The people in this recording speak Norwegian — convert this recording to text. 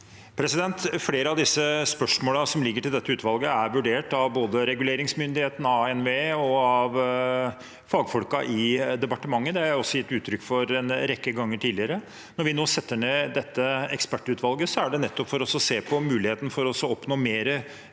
Flere av spørs- målene som ligger til dette utvalget, er vurdert av både reguleringsmyndigheten, av NVE og av fagfolkene i departementet. Det har jeg også gitt uttrykk for en rekke ganger tidligere. Når vi nå setter ned dette ekspertutvalget, er det nettopp for å se på muligheten for å oppnå mer